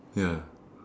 ya